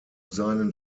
seinen